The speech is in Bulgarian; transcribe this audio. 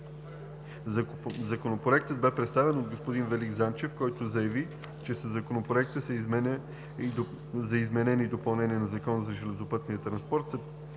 Законопроектът бе представен от господин Велик Занчев, който заяви, че със Законопроекта за изменение и допълнение на Закона за железопътния транспорт